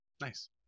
Nice